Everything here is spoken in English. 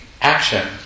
action